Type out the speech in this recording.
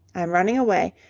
i'm running away,